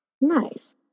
Nice